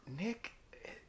Nick